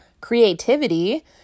creativity